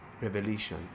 revelation